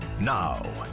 now